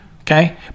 okay